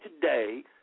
today